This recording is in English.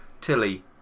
Tilly